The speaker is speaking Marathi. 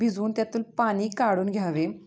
भिजवून त्यातील पाणी काढून घ्यावे